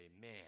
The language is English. man